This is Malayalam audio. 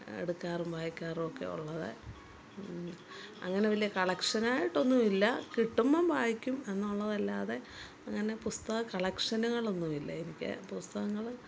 എടുക്കാറും വായിക്കാറും ഒക്കെ ഉള്ളത് അങ്ങനെ വലിയ കളക്ഷൻ ആയിട്ട് ഒന്നും ഇല്ല കിട്ടുമ്പം വായിക്കും എന്നുള്ളതല്ലാതെ അങ്ങനെ പുസ്തകം കളക്ഷനുകൾ ഒന്നും ഇല്ല എനിക്ക് പുസ്തകങ്ങൾ